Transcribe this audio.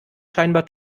scheinbar